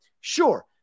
Sure